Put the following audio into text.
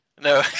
No